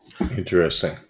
Interesting